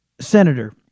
Senator